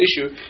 issue